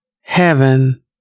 heaven